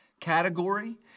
category